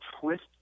twist